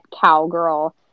cowgirl